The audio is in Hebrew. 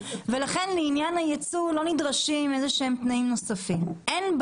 לכן לעניין הייצוא לא נדרשים איזה שהם תנאים נוספים.